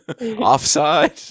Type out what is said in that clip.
offside